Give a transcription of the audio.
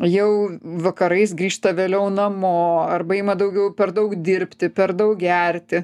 jau vakarais grįžta vėliau namo arba ima daugiau per daug dirbti per daug gerti